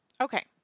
Okay